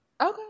Okay